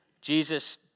Jesus